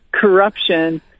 corruption